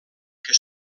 que